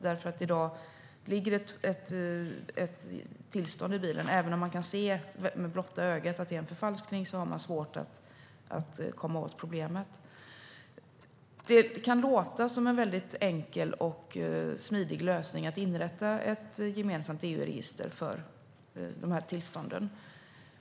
Ligger det i dag ett tillstånd i bilen har de, även om de med blotta ögat kan se att det är en förfalskning, svårt att komma åt problemet. Det kan låta som en väldigt enkel och smidig lösning att inrätta ett gemensamt EU-register för dessa tillstånd.